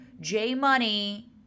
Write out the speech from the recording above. J-Money